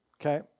Okay